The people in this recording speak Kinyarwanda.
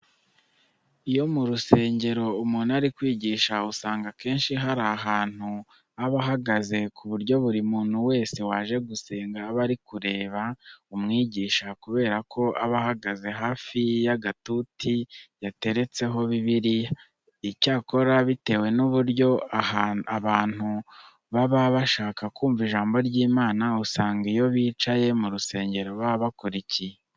Iyo mu rusengero umuntu ari kwigisha usanga akenshi hari ahantu aba ahagaze ku buryo buri muntu wese waje gusenga aba ari kureba umwigisha kubera ko aba ahagaze hafi y'agatuti yateretseho Bibiliya. Icyakora bitewe n'uburyo abantu baba bashaka kumva ijambo ry'Imana, usanga iyo bicaye mu rusengero baba bakurikiye.